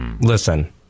Listen